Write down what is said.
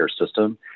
system